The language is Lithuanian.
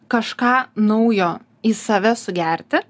kažką naujo į save sugerti